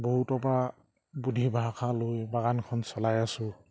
বহুতৰ পৰা বুদ্ধি ভাৰসা লৈ বাগানখন চলাই আছোঁ